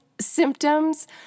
symptoms